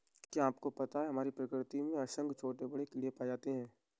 क्या आपको पता है हमारी प्रकृति में असंख्य छोटे बड़े कीड़े पाए जाते हैं?